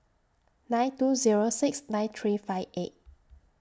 nine two Zero six nine three five eight